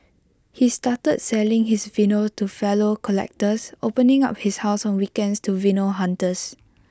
he started selling his vinyls to fellow collectors opening up his house on weekends to vinyl hunters